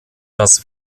das